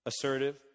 assertive